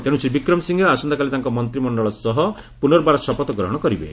ତେଣୁ ଶ୍ରୀ ବିକ୍ରମଶିଂହେ ଆସନ୍ତାକାଲି ତାଙ୍କ ମନ୍ତ୍ରିମଶ୍ଚଳ ସହ ପୁନର୍ବାର ଶପଥ ଗ୍ରହଣ କରିବେ